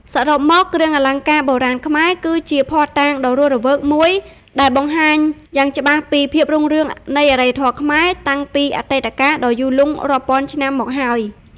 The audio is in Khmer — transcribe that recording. សរុបមក គ្រឿងអលង្ការបុរាណខ្មែរ គឺជាភស្តុតាងដ៏រស់រវើកមួយដែលបង្ហាញយ៉ាងច្បាស់ពី ភាពរុងរឿងនៃអរិយធម៌ខ្មែរ តាំងពីអតីតកាលដ៏យូរលង់រាប់ពាន់ឆ្នាំមកហើយ។